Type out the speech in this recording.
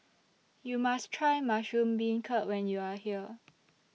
YOU must Try Mushroom Beancurd when YOU Are here